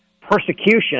persecution